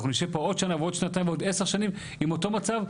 ואנחנו נשב פה עוד שנה ועוד שנתיים ועוד 10 שנים עם אותו מצב.